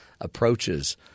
approaches